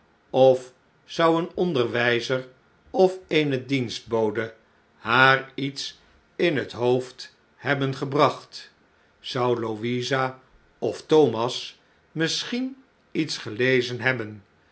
of zou een onderwijzer of eene dienstbode haar iets in het hoofd hebben gebracht zou louisa of thomas misschien iets gelezen hebben